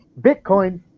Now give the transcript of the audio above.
Bitcoin